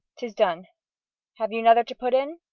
tis done have you another to put in?